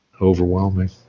Overwhelming